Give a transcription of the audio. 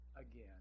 again